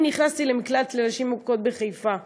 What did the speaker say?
אני נכנסתי למקלט לנשים מוכות בחיפה.